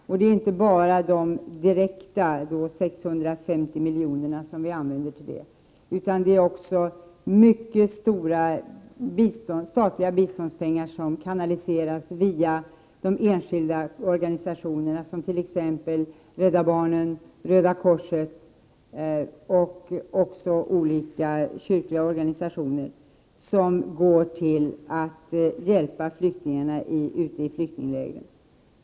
Och det är inte bara de direkta 650 miljonerna som Sverige använder till det, utan även mycket stora statliga biståndsbelopp som kanaliseras via de enskilda organisationerna, t.ex. Rädda barnen, Röda korset och olika kyrkliga organisationer, går till hjälp åt flyktingar i flyktingläger.